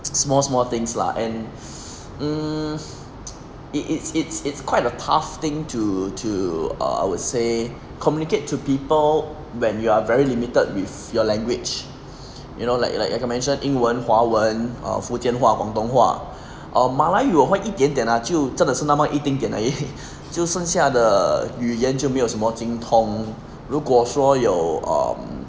small small things lah and mm it it's it's it's quite a tough thing to to uh I would say communicate to people when you are very limited with your language you know like like like I mentioned 英文华文福建话广东话 err 马来语我会一点点 lah 就真的是那么一点点就剩下的语言就没有什么精通如果说有 um